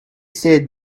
said